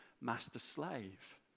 master-slave